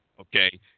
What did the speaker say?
Okay